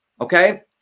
okay